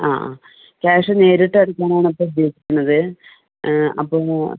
ആ ആ ക്യാഷ് നേരിട്ട് അടയ്ക്കാനാണ് ഇപ്പോൾ ഉദ്ദേശിക്കുന്നത് അപ്പം മോ